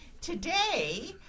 Today